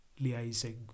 liaising